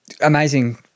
amazing